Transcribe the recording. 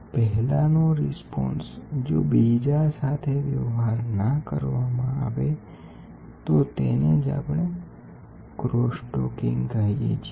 પહેલા નો રિસ્પોન્સ જો બીજા સાથે વ્યવહાર ના કરવામાં આવે તો તેને જ આપણે ક્રોસ ટોકિંગ કહીએ છીએ